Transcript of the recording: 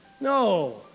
no